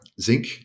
Zinc